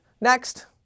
next